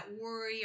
worry